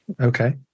Okay